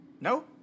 No